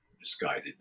misguided